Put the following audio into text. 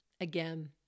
again